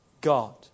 God